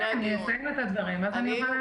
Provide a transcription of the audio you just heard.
אני אסיים את הדברים ואז אני אוכל להביא דוגמה.